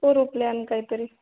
करु प्लॅन काहीतरी